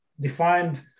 defined